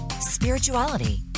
spirituality